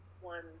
one